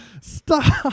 stop